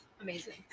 Amazing